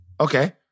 Okay